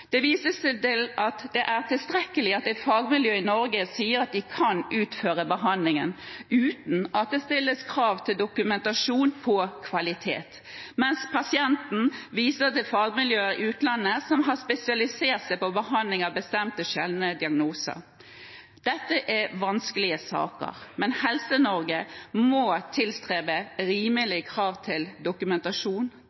Det vises til at det er tilstrekkelig at et fagmiljø i Norge sier at de kan utføre behandlingen, uten at det stilles krav til dokumentasjon av kvalitet, mens pasienten viser til fagmiljøer i utlandet som har spesialisert seg på behandling av bestemte sjeldne diagnoser. Dette er vanskelige saker, men Helse-Norge må tilstrebe